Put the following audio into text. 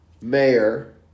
Mayor